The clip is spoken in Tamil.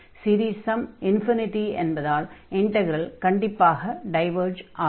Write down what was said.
சீரீஸ் ஸம் என்பதால் இன்டக்ரல் கண்டிப்பாக டைவர்ஜ் ஆகும்